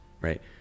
right